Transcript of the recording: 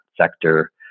sector